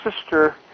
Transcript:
sister